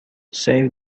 save